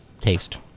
taste